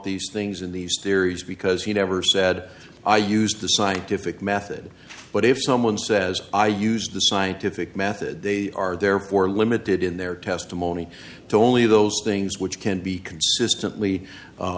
these things in these theories because he never said i used the scientific method but if someone says i used the scientific method they are therefore limited in their testimony to only those things which can be